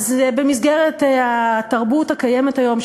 במסגרת התרבות הקיימת היום,